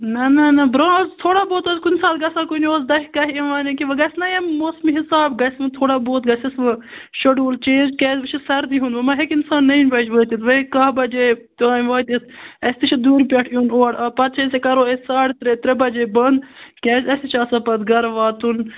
نہ نہ نہ برونٛہہ اوس تھوڑا بہت اوس کُنہ ساتہٕ گَژھان کُنہ اوس دَہہِ کَہہِ یِوان ییٚکیاہ وۄنۍ گَژھِ نہ ییٚمی موسمہٕ حِساب گَژھِ وۄنۍ تھورا بہت گَژھیٚس وۄنۍ شُڈوٗل چینٛج کیازِ وۄنۍ چھُ سردی ہُنٛد کیاز وۄنۍ مہ ہیٚکہِ اِنسان نَیہ بَجہ وٲتِتھ وۄنۍ ہیٚکہِ کاہ بجےتانۍ وٲتِھ اَسہِ تہِ چھ دوٗرِ پیٚٹھ یُن اور پَتہٕ چھِ أسۍ کرو أسۍ ترےٚ بجے ساڑٕ ترےٚ بند کیازِ اَسہِ تہِ چھ آسان پَتہٕ گَرٕ واتُن